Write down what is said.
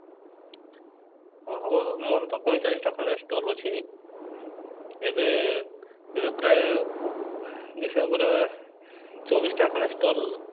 ହବ ହବ ମୋର ତ ପଇଁଚାଳିଶଟା ଖଣ୍ଡେ ଷ୍ଟଲ୍ ଅଛି ଏବେ ଏବେ ପ୍ରାୟ ଦେଖିବାକୁ ଗଲେ ଚବିଶଟା ଖଣ୍ଡେ ଷ୍ଟଲ୍